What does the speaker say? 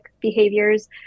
behaviors